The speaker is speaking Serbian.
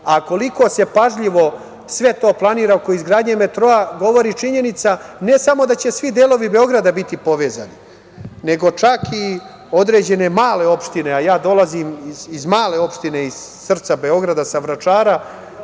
se pažljivo sve to planira oko izgradnje metroa govori činjenica ne samo da će svi delovi Beograda biti povezani, nego čak i određene male opštine, a ja dolazim iz male opštine iz srca Beograda, sa Vračara,